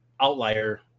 Outlier